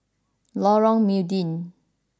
Lorong Mydin